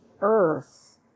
earth